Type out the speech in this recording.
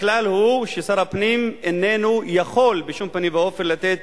הכלל הוא ששר הפנים איננו יכול בשום פנים ואופן לתת